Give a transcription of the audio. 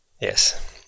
Yes